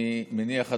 אני מניח,